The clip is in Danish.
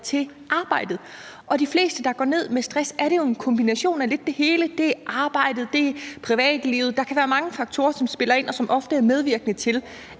til arbejdet. Og for de fleste, der går ned med stress, er det jo en kombination af lidt af det hele. Det er arbejdet, det er privatlivet. Der kan være mange faktorer, som spiller ind, og som ofte er medvirkende til,